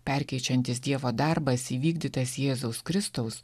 perkeičiantis dievo darbas įvykdytas jėzaus kristaus